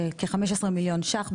כ-15 מיליון ₪ בשנה.